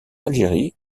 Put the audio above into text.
algérie